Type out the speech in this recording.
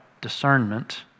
discernment